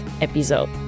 episode